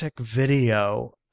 Video